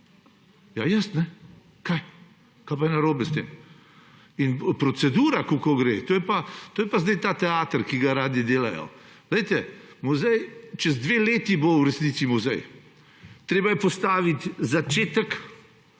Ja, jaz. Kaj? Kaj pa je narobe s tem? In procedura, kako gre, to je pa zdaj ta teater, ki ga radi delajo. Muzej bo čez 2 leti v resnici muzej. Treba je postaviti začetek,